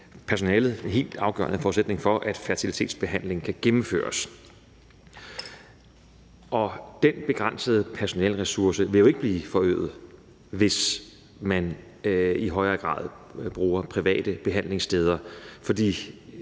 Personalet er en helt afgørende forudsætning for, at fertilitetsbehandling kan gennemføres, og den begrænsede personaleressource vil jo ikke blive forøget, hvis man i højere grad bruger private behandlingssteder,